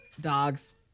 dogs